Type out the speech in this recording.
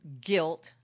guilt